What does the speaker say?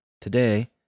today